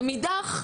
מאידך,